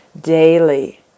daily